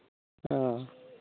ᱚ